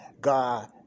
God